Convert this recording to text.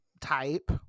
type